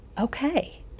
okay